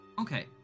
Okay